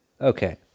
Okay